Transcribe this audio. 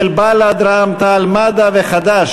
של בל"ד, רע"ם-תע"ל-מד"ע וחד"ש.